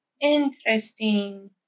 Interesting